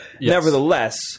Nevertheless